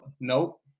Nope